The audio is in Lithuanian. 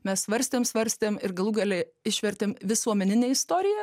mes svarstėm svarstėm ir galų gale išvertėm visuomeninė istorija